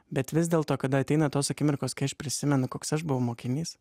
bet vis dėlto kada ateina tos akimirkos kai aš prisimenu koks aš buvau mokinys